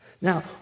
Now